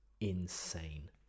insane